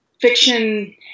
fiction